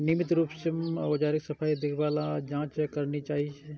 नियमित रूप सं औजारक सफाई, देखभाल आ जांच करना चाही